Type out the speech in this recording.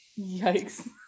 Yikes